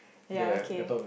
ya okay